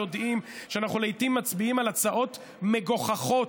יודע שאנחנו לעיתים מצביעים על הצעות מגוחכות.